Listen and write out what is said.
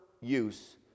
use